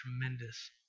tremendous